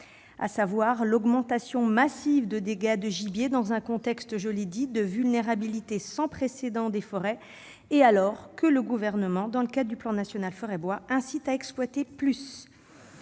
à savoir l'augmentation massive de dégâts de gibier dans un contexte, je l'ai dit, de vulnérabilité sans précédent des forêts, alors que le Gouvernement, dans le cadre du programme national de la forêt et du bois, incite à exploiter plus.